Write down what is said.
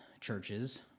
churches